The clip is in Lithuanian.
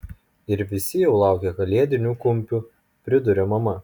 ir visi jau laukia kalėdinių kumpių priduria mama